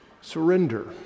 surrender